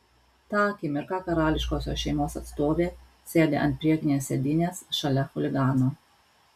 tą akimirką karališkosios šeimos atstovė sėdi ant priekinės sėdynės šalia chuligano